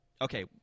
Okay